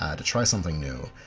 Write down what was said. ah to try something new,